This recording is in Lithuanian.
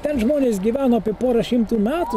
ten žmonės gyveno apie porą šimtų metų